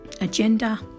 agenda